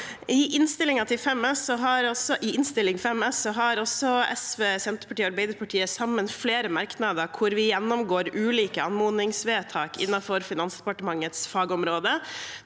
I Innst. 5 S har SV, Senterpartiet og Arbeiderpartiet flere merknader sammen hvor vi gjennomgår ulike anmodningsvedtak innenfor Finansdepartementets fagområde,